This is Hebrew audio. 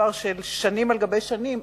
דבר של שנים על גבי שנים,